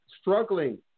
struggling